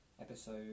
episode